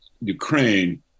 Ukraine